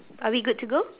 are we good to go